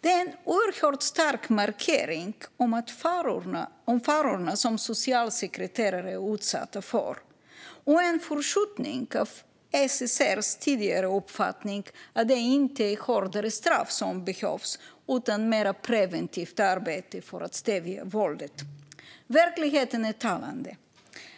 Detta är en oerhört stark markering om de faror som socialsekreterare är utsatta för och en förskjutning av SSR:s tidigare uppfattning att det inte är hårdare straff som behövs utan mer preventivt arbete för att stävja våldet. Verkligheten är talande.